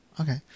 Okay